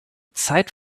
zeit